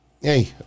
hey